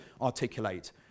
articulate